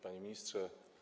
Panie Ministrze!